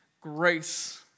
grace